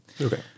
Okay